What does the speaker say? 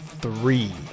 three